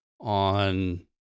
on